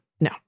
no